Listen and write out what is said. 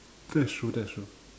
that is true that is true